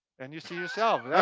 and you see yourself! yeah